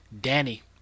Danny